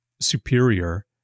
superior